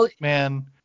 man